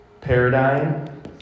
paradigm